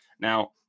Now